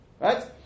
Right